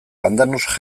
pandanus